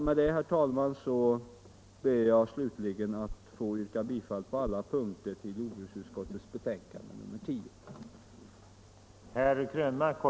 Med detta, herr talman, ber jag slutligen att få yrka bifall på alla punkter till hemställan i jordbruksutskottets betänkande nr 10.